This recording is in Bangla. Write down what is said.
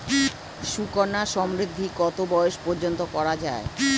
সুকন্যা সমৃদ্ধী কত বয়স পর্যন্ত করা যায়?